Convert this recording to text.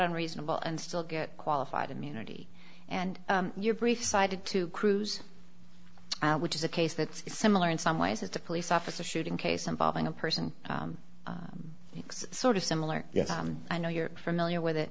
unreasonable and still get qualified immunity and your brief side to cruise which is a case that's similar in some ways it's a police officer shooting case involving a person looks sort of similar i know you're familiar with it